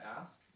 ask